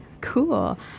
Cool